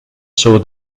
show